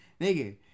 nigga